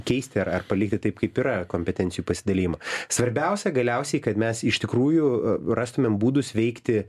keisti ar ar palikti taip kaip yra kompetencijų pasidalijimą svarbiausia galiausiai kad mes iš tikrųjų rastumėm būdus veikti